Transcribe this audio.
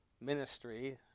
ministry